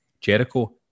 Jericho